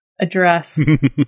address